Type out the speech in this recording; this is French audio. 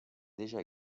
déjà